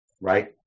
Right